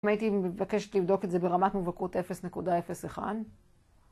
הייתי מבקשת לבדוק את זה ברמת מובהקות 0.01